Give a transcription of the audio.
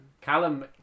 Callum